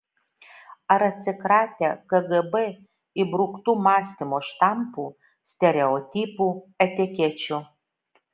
ar atsikratę kgb įbruktų mąstymo štampų stereotipų etikečių